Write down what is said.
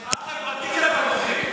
מהמחאה החברתית אתה פוחד.